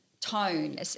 tone